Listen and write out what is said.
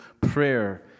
prayer